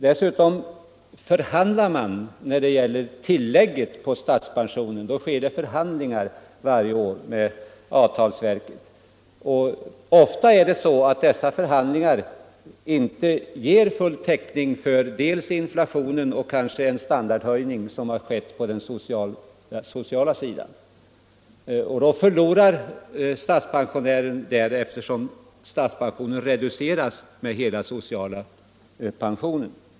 ; Dessutom förhandlar man varje år om tillägget på statspensionen, och resultatet av dessa förhandlingar ger ofta inte full täckning för inflationen och den standardhöjning som kan ha skett i fråga om folkpensionen. Där förlorar statspensionären, eftersom statspensionen reduceras med hela folkpensionen.